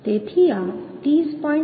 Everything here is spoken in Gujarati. તેથી આ 30